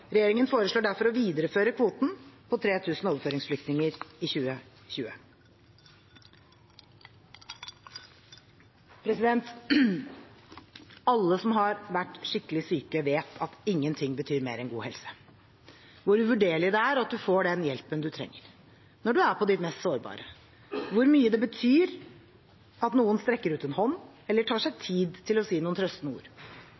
Regjeringen foreslår derfor å videreføre kvoten på 3 000 overføringsflyktninger i 2020. Alle som har vært skikkelig syk, vet at ingenting betyr mer enn god helse, og hvor uvurderlig det er at man får den hjelpen man trenger når man er på sitt mest sårbare, og hvor mye det betyr at noen strekker ut en hånd, eller tar seg tid til å si noen trøstende ord.